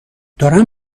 دارم